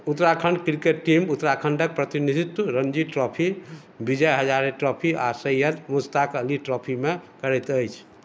Uttarakhand cricket team उत्तराखण्डक प्रतिनिधित्व Ranji trophy Vijay Hazare trophy आ सैयद मुश्ताक अली ट्रॉफीमे करैत अछि